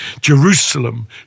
Jerusalem